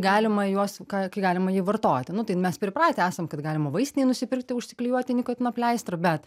galima juos ką kai galima jį vartoti tai n mes pripratę esam kad galima vaistinėj nusipirkti užsiklijuoti nikotino pleistrą bet